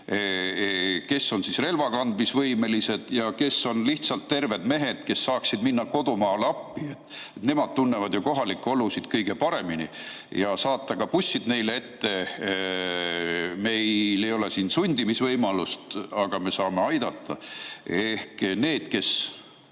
kes on relvakandmisvõimelised ja kes on lihtsalt terved mehed, kes saaksid minna kodumaale appi? Nemad tunnevad kohalikke olusid kõige paremini. Saab saata ka bussid neile ette. Meil ei ole siin sundimise võimalust, aga me saame aidata. Ehk need, kes